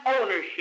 ownership